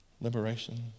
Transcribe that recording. liberation